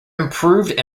improved